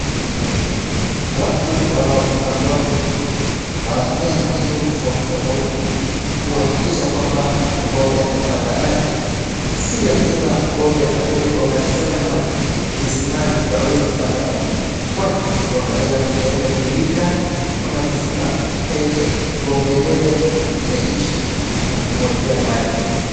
Watu wanaofuga ng'ombe wanatumia mbinu tofauti tofauti kuhakikisha kwamba ng'ombe amepata maji. Si lazima ng'ombe apelekwe malishoni ama visimani ndio aweze kupata maji kwani unaweza tegeneza birika au kisima penye ng'ombe yenyewe inaishi na kumwekea maji.